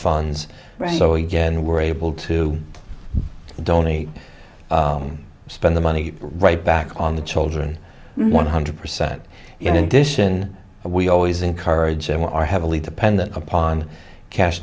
so again we're able to donate spend the money right back on the children one hundred percent in addition we always encourage them or are heavily dependent upon cash